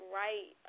right